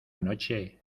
noche